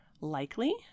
likely